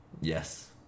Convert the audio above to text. Yes